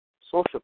social